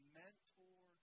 mentor